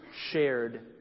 shared